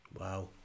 Wow